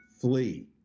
flee